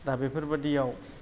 दा बेफोरबादियाव